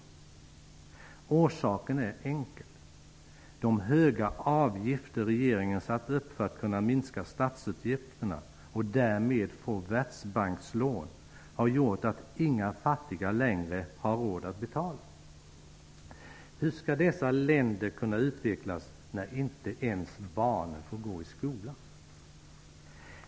Förklaringen är enkel: De höga avgifter som regeringen fastställt för att kunna minska statsutgifterna och därmed få Världsbankslån har gjort att inga fattiga längre har råd att betala. Hur skall dessa länder kunna utvecklas när barnen inte ens få gå i skolan?